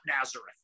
Nazareth